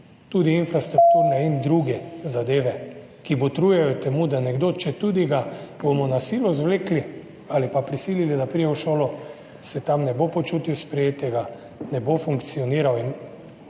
tudi infrastrukturne in druge zadeve, ki botrujejo temu, da se nekdo, četudi ga bomo na silo zvlekli ali pa prisilili, da pride v šolo, tam ne bo počutil sprejetega, ne bo funkcioniral. Te